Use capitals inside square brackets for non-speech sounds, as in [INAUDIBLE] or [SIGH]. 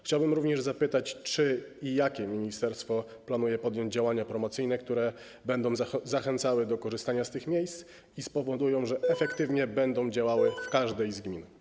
Chciałbym również zapytać, czy i jakie ministerstwo planuje podjąć działania promocyjne, które będą zachęcały do korzystania z tych miejsc i spowodują, że będą one efektywnie działały [NOISE] w każdej z gmin.